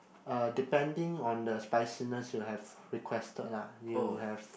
uh depending on the spiciness you have requested ah you have